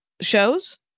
shows